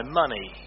money